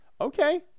Okay